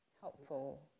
helpful